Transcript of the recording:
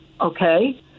okay